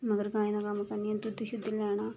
मगर गाय दा कम्म करनी आं दुद्ध शुद्ध लैना